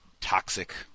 toxic